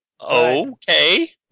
Okay